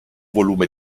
volume